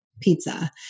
pizza